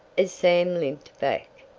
as sam limped back.